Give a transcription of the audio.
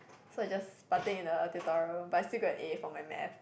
so I just partake in the tutorial but I still got an A for my math